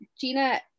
gina